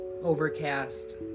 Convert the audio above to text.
overcast